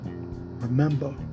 Remember